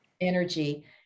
energy